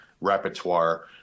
repertoire